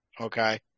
Okay